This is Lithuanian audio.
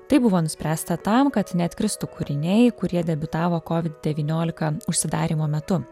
tai buvo nuspręsta tam kad neatkristų kūriniai kurie debiutavo kovid devyniolika užsidarymo metu